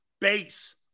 base